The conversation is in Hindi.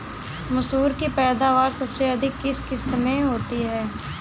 मसूर की पैदावार सबसे अधिक किस किश्त में होती है?